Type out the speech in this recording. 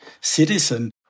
citizen